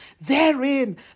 Therein